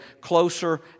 closer